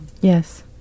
Yes